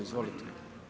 Izvolite.